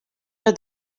are